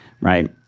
right